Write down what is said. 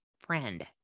friend